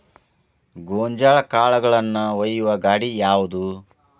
ಗೋಂಜಾಳ ಕಾಳುಗಳನ್ನು ಒಯ್ಯುವ ಗಾಡಿ ಯಾವದು?